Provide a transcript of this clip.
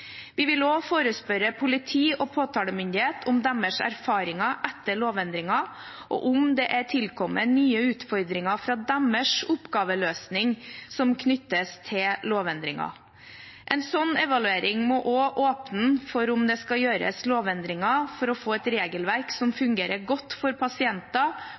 Vi vil også forespørre politi- og påtalemyndighet om deres erfaringer etter lovendringen, og om det er tilkommet nye utfordringer for deres oppgaveløsning som knyttes til lovendringen. En slik evaluering må også åpne for om det skal gjøres lovendringer for å få et regelverk som fungerer godt for pasienter,